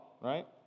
right